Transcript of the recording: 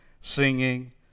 singing